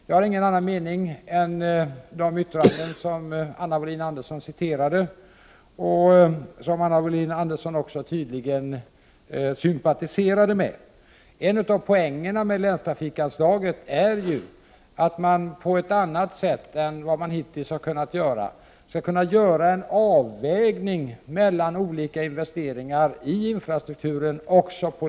Jag har ingen annan mening än de citerade, som Anna Wohlin-Andersson tydligen också sympatiserade med. En av poängerna med länstrafikanslaget är att man på länsnivå på ett annat sätt än hittills skall kunna göra en avvägning mellan olika investeringar i infrastrukturen.